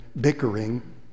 bickering